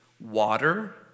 water